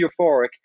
euphoric